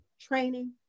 training